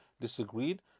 disagreed